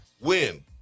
win